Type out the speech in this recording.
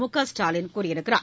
மு க ஸ்டாலின் கூறியுள்ளார்